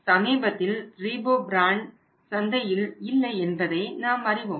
சமீபத்தில் Reebok brand சந்தையில் இல்லை என்பதை நாம் அறிவோம்